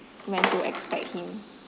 when to expect him